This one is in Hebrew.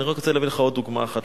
אני רק רוצה להביא לך עוד דוגמה אחת.